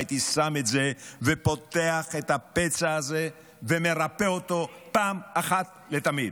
הייתי שם את זה ופותח את הפצע הזה ומרפא אותו פעם אחת ולתמיד.